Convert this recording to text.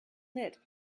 light